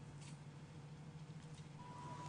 נותנים אפשרות לתושבים לבחור?